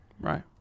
Right